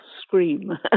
scream